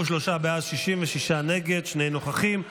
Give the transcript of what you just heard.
33 בעד, 66 נגד, שני נוכחים.